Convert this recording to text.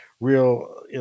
real